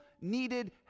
needed